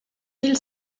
mille